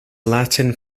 latin